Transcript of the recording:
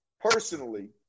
personally